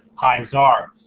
hives are.